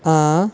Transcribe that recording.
हां